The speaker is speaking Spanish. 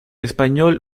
español